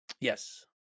yes